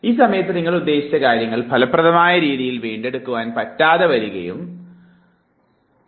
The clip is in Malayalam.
ഈ സമയത്ത് നിങ്ങൾ ഉദ്ദേശിച്ച കാര്യങ്ങൾ ഫലപ്രദമായ രീതിയിൽ വീണ്ടെടുക്കുവാൻ പറ്റാതെ വരുകയും ചെയ്യുന്നു